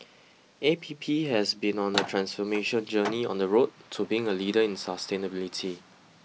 A P P has been on a transformation journey on the road to being a leader in sustainability